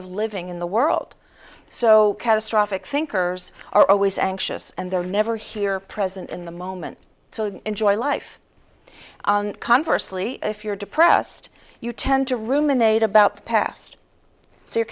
of living in the world so catastrophic thinkers are always anxious and they're never here present in the moment so enjoy life conversely if you're depressed you tend to ruminate about the past so you're